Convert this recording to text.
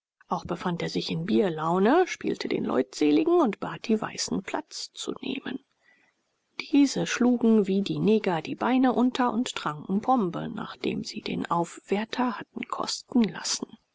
auch befand er sich in bierlaune spielte den leutseligen und bat die weißen platz zu nehmen diese schlugen wie die neger die beine unter und tranken pombe nachdem sie den aufwärter hatten kosten lassen